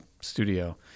studio